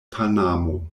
panamo